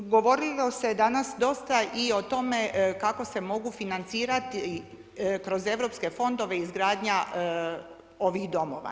Govorilo se danas dosta i o tome kako se mogu financirati kroz EU fondove izgradnja ovih domova.